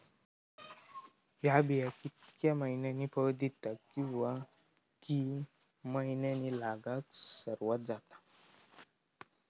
हया बिया कितक्या मैन्यानी फळ दिता कीवा की मैन्यानी लागाक सर्वात जाता?